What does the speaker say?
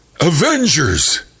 Avengers